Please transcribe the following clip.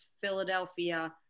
Philadelphia